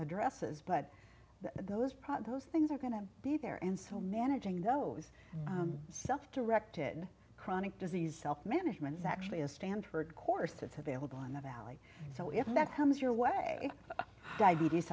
addresses but those problems things are going to be there and so managing those self directed chronic disease self management is actually a stanford course it's available in the valley so if that comes your way diabetes